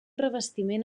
revestiment